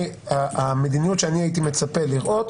המדיניות שהייתי מצפה לראות: